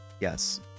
Yes